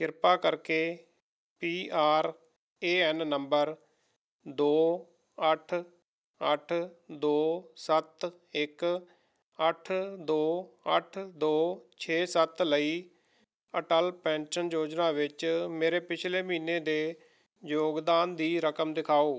ਕਿਰਪਾ ਕਰਕੇ P R A N ਨੰਬਰ ਦੋ ਅੱਠ ਅੱਠ ਦੋ ਸੱਤ ਇੱਕ ਅੱਠ ਦੋ ਅੱਠ ਦੋ ਛੇ ਸੱਤ ਲਈ ਅਟਲ ਪੈਨਸ਼ਨ ਯੋਜਨਾ ਵਿੱਚ ਮੇਰੇ ਪਿਛਲੇ ਮਹੀਨੇ ਦੇ ਯੋਗਦਾਨ ਦੀ ਰਕਮ ਦਿਖਾਓ